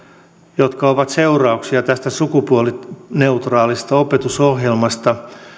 jotka ovat seurauksia tästä sukupuolineutraalista opetusohjelmasta